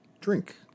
drink